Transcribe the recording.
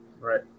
Right